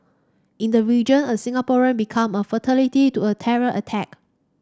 in the region a Singaporean became a fatality to a terror attack